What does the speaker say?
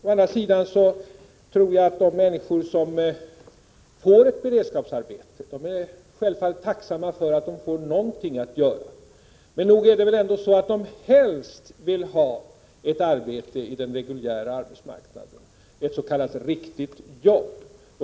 Å andra sidan tror jag att de människor som får ett beredskapsarbete självfallet är tacksamma för att de får någonting att göra. Men nog vill de väl ändå helst ha ett arbete på den reguljära arbetsmarknaden, ett s.k. riktigt jobb.